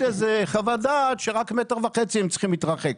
איזו חוות דעת שרק 1.5 מטרים הם צריכים להתרחק.